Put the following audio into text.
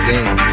Game